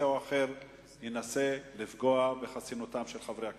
או אחר ינסה לפגוע בחסינותם של חברי הכנסת.